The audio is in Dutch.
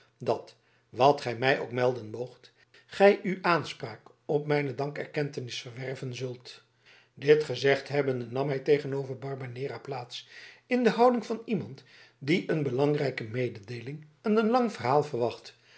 dat wat gij mij ook melden moogt gij u aanspraak op mijne dankerkentenis verwerven zult dit gezegd hebbende nam hij tegenover barbanera plaats in de houding van iemand die een belangrijke mededeeling en een lang verhaal verwacht